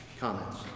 Comments